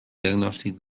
diagnòstic